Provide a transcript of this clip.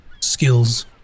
skills